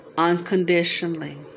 Unconditionally